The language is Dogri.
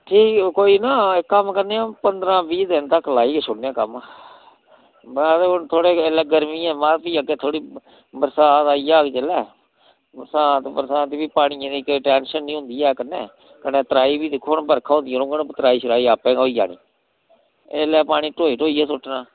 ठीक कोई ना इक कम्म करने आं पंदरां बीह् दिन तक्कर लाई गै छोड़ने आं कम्म बस थोह्ड़े गै ऐल्लै गर्मी ऐ मत भी अग्गें थोह्ड़ी बरसांत आई जाह्ग जेल्लै बरसांत बरसांत भी पानिये दी कोई टैन्शन निं होंदी ऐ कन्नै कन्नै तराई बी दिक्खो आं बरखा होंदियां रौङन तराई शराई आपें गै होई जानी ऐल्लै पानी ढोई ढोइयै सु'ट्टना